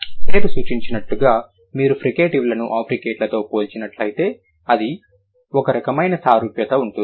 పేరు సూచించినట్లుగా మీరు ఫ్రికేటివ్లను అఫ్రికేట్లతో పోల్చినట్లయితే ఒక రకమైన సారూప్యత ఉంటుంది